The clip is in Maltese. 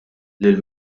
lil